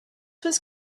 was